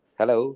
hello